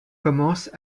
commence